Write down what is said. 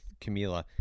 Camila